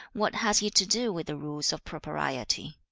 what has he to do with the rules of propriety